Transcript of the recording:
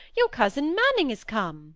your cousin manning is come